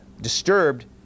disturbed